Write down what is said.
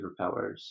superpowers